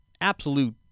absolute